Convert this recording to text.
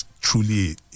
truly